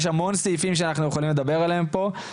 יש המון סעיפים שאנחנו יכולים לדבר עליהם פה,